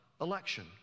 election